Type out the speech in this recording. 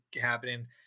happening